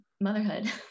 motherhood